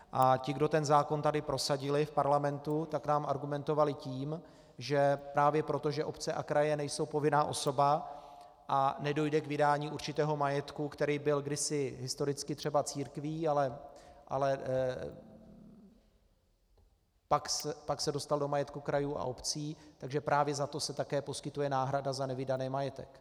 A ti, kdo ten zákon tady prosadili v parlamentu, tak nám argumentovali tím, že právě proto, že obce a kraje nejsou povinná osoba a nedojde k vydání určitého majetku, který byl kdysi historicky třeba církví, ale pak se dostal do majetku krajů a obcí, takže právě za to se také poskytuje náhrada za nevydaný majetek.